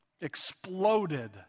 exploded